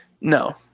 No